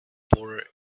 border